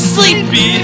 Sleepy